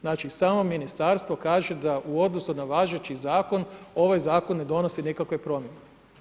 Znači samo ministarstvo kaže da u odnosu na važeći zakon ovaj zakon ne donosi nikakve promjene.